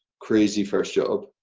crazy first job.